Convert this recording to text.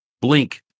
Blink